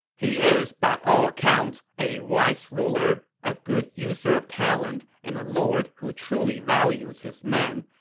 he is, by all accounts, a wise ruler, a good user of talent, and a lord who truly values his men,